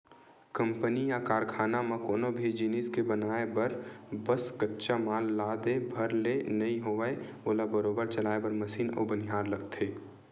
company या कारखाना म कोनो भी जिनिस के बनाय बर बस कच्चा माल ला दे भर ले नइ होवय ओला बरोबर चलाय बर मसीन अउ बनिहार लगथे